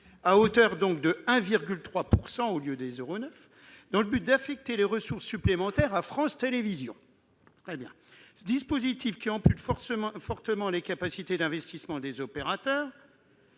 à hauteur de 1,3 %, dans le but d'affecter des ressources supplémentaires à France Télévisions. Ce dispositif, qui ampute fortement les capacités d'investissement des opérateurs,